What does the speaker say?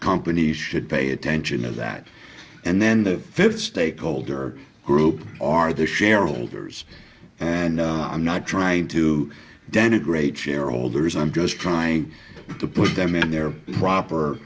companies should pay attention to that and then the fifth stakeholder group are the shareholders and i'm not trying to denigrate shareholders i'm just trying to put them in their proper